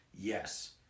Yes